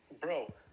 Bro